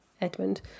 Edmund